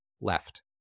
left